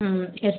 ம் சரி